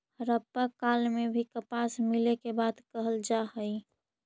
हड़प्पा काल में भी कपास मिले के बात कहल जा हई